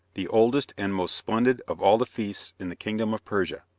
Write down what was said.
the oldest and most splendid of all the feasts in the kingdom of persia,